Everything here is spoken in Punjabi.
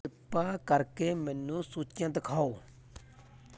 ਕਿਰਪਾ ਕਰਕੇ ਮੈਨੂੰ ਸੂਚੀਆਂ ਦਿਖਾਓ